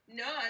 no